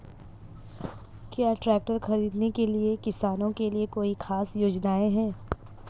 क्या ट्रैक्टर खरीदने के लिए किसानों के लिए कोई ख़ास योजनाएं हैं?